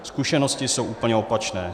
Zkušenosti jsou úplně opačné.